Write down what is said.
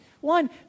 One